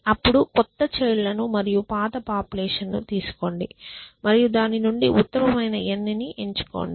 అప్పుడు క్రొత్త చైల్డ్ లను మరియు పాత పాపులేషన్ ను తీసుకోండి మరియు దాని నుండి ఉత్తమమైన n ని ఎంచుకోండి